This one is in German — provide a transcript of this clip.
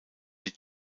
die